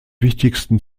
wichtigsten